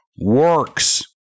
works